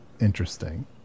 interesting